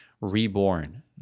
reborn